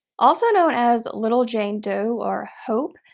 also known as little jane doe or hope,